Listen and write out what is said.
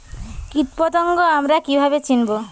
কীটপতঙ্গ আমরা কীভাবে চিনব?